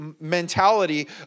mentality